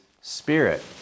Spirit